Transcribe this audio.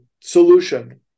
solution